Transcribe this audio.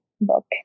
book